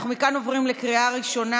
אנחנו עוברים לקריאה ראשונה,